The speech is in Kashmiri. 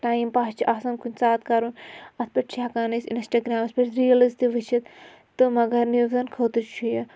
ٹایم پاس چھُ آسان کُنہِ ساتہٕ کَرُن اَتھ پٮ۪ٹھ چھِ ہٮ۪کان أسۍ اِنسٹاگرٛامَس پٮ۪ٹھ ریٖلٕز تہِ وٕچھِتھ تہٕ مگر نِوزَن خٲطرٕ چھُ یہِ